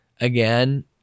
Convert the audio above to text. again